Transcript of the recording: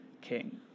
king